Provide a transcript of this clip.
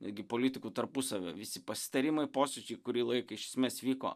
netgi politikų tarpusavio visi pasitarimai posėdžiai kurį laiką iš esmės vyko